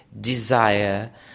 desire